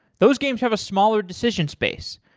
those games have a smaller decision space.